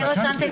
רשמתי.